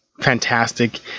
fantastic